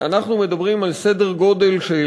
אנחנו מדברים על סדר-גודל של